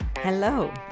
Hello